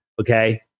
Okay